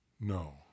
No